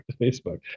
facebook